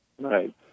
Right